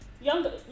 younger